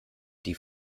die